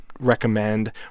Recommend